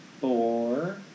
Four